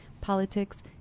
politics